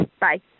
Bye